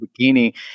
bikini